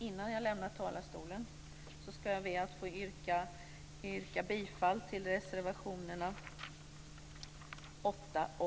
Innan jag lämnar talarstolen ska jag be att få yrka bifall till reservationerna 8 och 14.